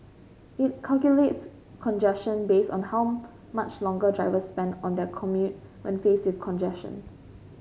it calculates congestion based on how much longer drivers spend on their commute when face with congestion